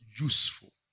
useful